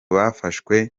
bafashwe